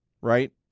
right